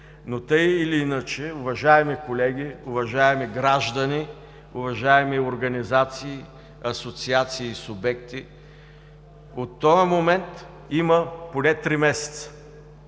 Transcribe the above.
септември. Уважаеми колеги, уважаеми граждани, уважаеми организации, асоциации и субекти, от този момент има поне три месеца.